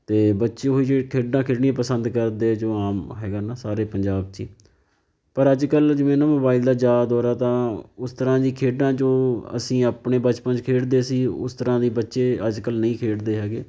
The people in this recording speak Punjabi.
ਅਤੇ ਬੱਚੇ ਉਹੀ ਜਿਹੇ ਖੇਡਾਂ ਖੇਡਣੀਆਂ ਪਸੰਦ ਕਰਦੇ ਆ ਜੋ ਆਮ ਹੈਗਾ ਨਾ ਸਾਰੇ ਪੰਜਾਬ 'ਚ ਪਰ ਅੱਜ ਕੱਲ੍ਹ ਜਿਵੇਂ ਨਾ ਮੋਬਾਈਲ ਦਾ ਜ਼ਿਆਦਾ ਦੌਰ ਆ ਤਾਂ ਉਸ ਤਰ੍ਹਾਂ ਦੀ ਖੇਡਾਂ ਜੋ ਅਸੀਂ ਆਪਣੇ ਬਚਪਨ 'ਚ ਖੇਡਦੇ ਸੀ ਉਸ ਤਰ੍ਹਾਂ ਦੀ ਬੱਚੇ ਅੱਜ ਕੱਲ੍ਹ ਨਹੀਂ ਖੇਡਦੇ ਹੈਗੇ